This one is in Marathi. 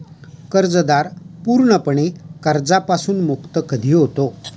कर्जदार पूर्णपणे कर्जापासून मुक्त कधी होतो?